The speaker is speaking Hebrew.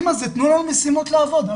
תנו לנו משימות לעבוד עליהן.